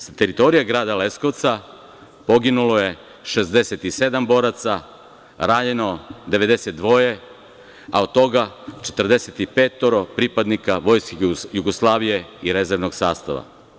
Sa teritorije grada Leskovca poginulo je 67 boraca, ranjeno 92, a od toga 45 pripadnika Vojske Jugoslavije i rezervnog sastava.